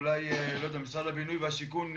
אולי משרד הבינוי והשיכון,